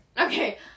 Okay